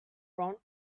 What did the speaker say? front